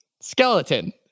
Skeleton